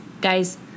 Guys